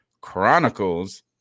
chronicles